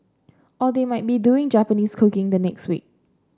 or they might be doing Japanese cooking the next week